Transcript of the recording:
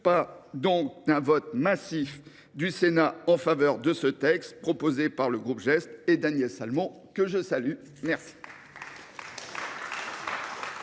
pas d’un vote massif du Sénat en faveur de ce texte proposé par le groupe GEST et Daniel Salmon, que je salue. La